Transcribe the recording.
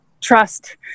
trust